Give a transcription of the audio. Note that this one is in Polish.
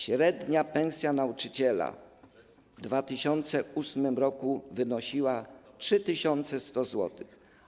Średnia pensja nauczyciela w 2008 r. wynosiła 3100 zł.